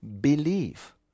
believe